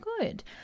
good